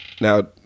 Now